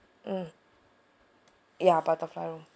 mm ya butterfly room